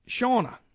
Shauna